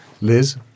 Liz